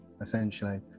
essentially